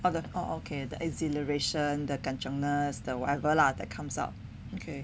orh okay the exhilaration the kanchiongness the whatever lah that comes out okay